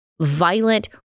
violent